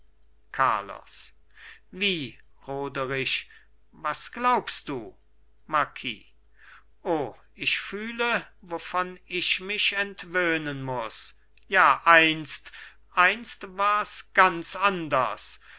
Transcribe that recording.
carlos wie roderich was glaubst du marquis o ich fühle wovon ich mich entwöhnen muß ja einst einst wars ganz anders